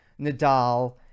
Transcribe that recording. Nadal